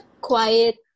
quiet